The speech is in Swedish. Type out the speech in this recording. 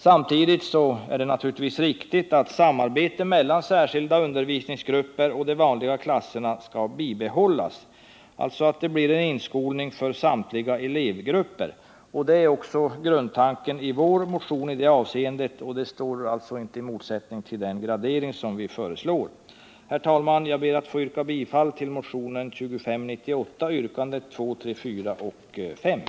Samtidigt är det naturligtvis riktigt att samarbete mellan särskilda undervisningsgrupper och de vanliga klasserna skall bibehållas, så att det blir en inskolning för samtliga elevgrupper. Det är också grundtanken i vår motion i detta avseende; det står alltså inte i motsättning till den gradering som vi föreslår. Herr talman! Jag ber att få yrka bifall till motion 2598, yrkandena 2, 3,4 och 8.